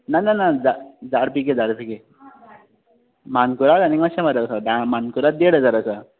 ना ना ना झा झाडपिके झाडपिके मानकुराद आनी माश्शे म्हारग आसा धा मानकुराद देड हजार आसा